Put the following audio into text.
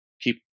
keep